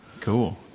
Cool